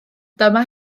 dyma